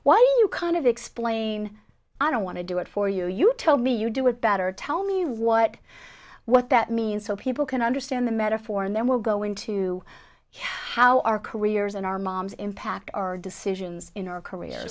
you kind of explain i don't want to do it for you you tell me you do it better tell me what what that means so people can understand the metaphor and then we'll go into how our careers and our moms impact our decisions in our